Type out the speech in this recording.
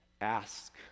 Ask